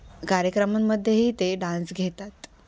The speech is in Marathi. कार्यक्रमांमध्येही ते डान्स घेतात